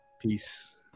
Peace